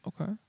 Okay